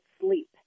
sleep